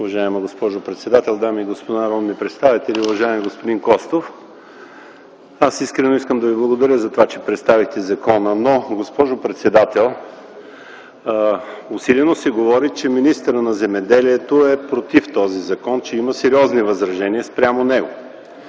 Уважаема госпожо председател, дами и господа народни представители! Уважаеми господин Костов, искрено искам да Ви благодаря за това, че представихте закона. Госпожо председател, усилено се говори, че министърът на земеделието е против този закон и че има сериозни възражения спрямо него.